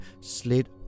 slid